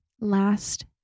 Last